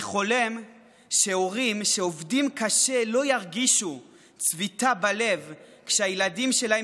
אני חולם שהורים שעובדים קשה לא ירגישו צביטה בלב כשהילדים שלהם